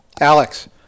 Alex